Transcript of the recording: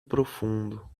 profundo